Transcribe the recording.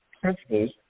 principles